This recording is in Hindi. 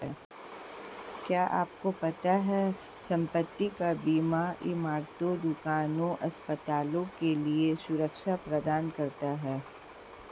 क्या आपको पता है संपत्ति का बीमा इमारतों, दुकानों, अस्पतालों के लिए सुरक्षा प्रदान करता है?